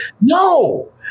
No